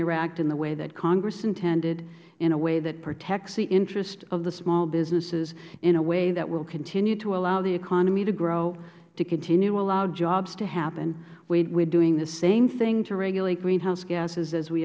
act in the way that congress intended in a way that protects the interest of the small businesses in a way that will continue to allow the economy to grow to continue to allow jobs to happen we are doing the same thing to regulate greenhouse gases as we